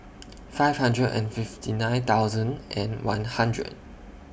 five hundred and fifty nine thousand and one hundred